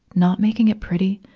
not making it pretty,